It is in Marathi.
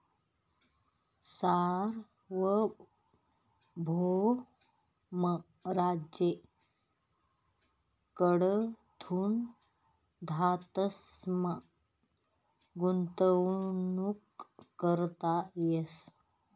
सार्वभौम राज्य कडथून धातसमा गुंतवणूक करता येस